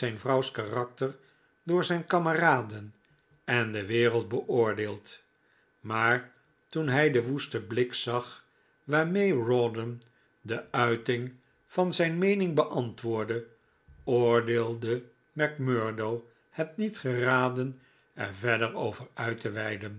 vrouws karakter door zijn kameraden en de wereld beoordeeld maar toen hij den woesten blik zag waarmee rawdon de uiting van zijn nteening beantwoordde oordeelde macmurdo het niet geraden er verder over uit te weiden